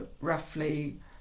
roughly